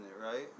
right